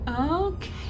Okay